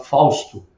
Fausto